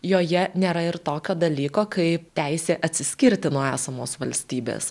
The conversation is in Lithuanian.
joje nėra ir tokio dalyko kaip teisė atsiskirti nuo esamos valstybės